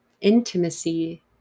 intimacy